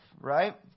right